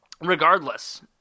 regardless